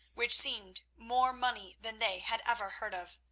which seemed more money than they had ever heard of.